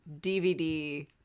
DVD